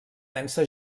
densa